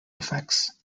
effects